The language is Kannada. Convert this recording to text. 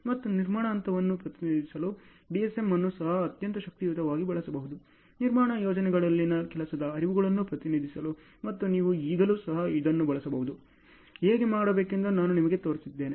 ಮತ್ತು ನಿರ್ಮಾಣ ಹಂತವನ್ನು ಪ್ರತಿನಿಧಿಸಲು DSM ಅನ್ನು ಸಹ ಅತ್ಯಂತ ಶಕ್ತಿಯುತವಾಗಿ ಬಳಸಬಹುದು ನಿರ್ಮಾಣ ಯೋಜನೆಗಳಲ್ಲಿನ ಕೆಲಸದ ಹರಿವುಗಳನ್ನು ಪ್ರತಿನಿಧಿಸಲು ಮತ್ತು ನೀವು ಈಗಲೂ ಸಹ ಇದನ್ನು ಬಳಸಬಹುದು ಹೇಗೆ ಮಾಡಬೇಕೆಂದು ನಾನು ನಿಮಗೆ ತೋರಿಸಿದ್ದೇನೆ